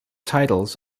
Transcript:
titles